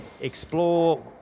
explore